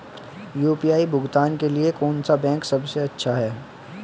UPI भुगतान के लिए कौन सा बैंक सबसे अच्छा है?